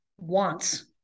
wants